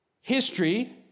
history